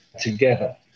together